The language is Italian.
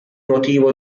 motivo